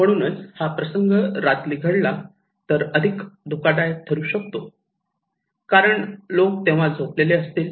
म्हणूनच हा प्रसंग रात्री घडला तर अधिक धोकादायक ठरू शकेल कारण लोक तेव्हा झोपलेली असतील